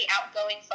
outgoing